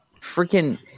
freaking